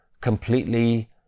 completely